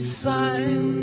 sign